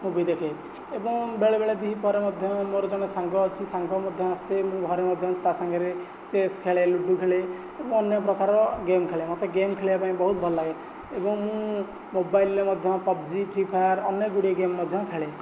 movie ଦେଖେ ଏବଂ ବେଳେବେଳେ ଦୁଇପହରେ ମଧ୍ୟ ମୋର ଜଣେ ସାଙ୍ଗ ଅଛି ଆସେ ମୁଁ ଘରେ ମଧ୍ୟ ତା ସାଙ୍ଗରେ ଚେସ୍ ଖେଳେ ଲୁଡୁ ଖେଳେ ଓ ଅନ୍ୟ ପ୍ରକାର ଗେମ୍ ଖେଳେ ମୋତେ ଗେମ୍ ଖେଳିବାକୁ ବହୁତ ଭଲ ଲାଗେ ଏବଂ ମୁଁ ମୋବାଇଲ୍ରେ ମଧ୍ୟ ପବ୍ଜି ଫ୍ରୀ ଫାୟାର୍ ଅନେକଗୁଡ଼ିଏ ଗେମ୍ ମଧ୍ୟ ଖେଳେ